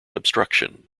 obstruction